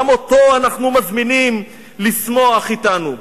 גם אותו אנחנו מזמינים לשמוח אתנו.